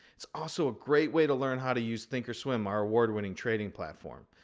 it's also a great way to learn how to use thinkorswim, our award-winning trading platform.